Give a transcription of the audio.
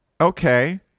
Okay